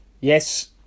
Yes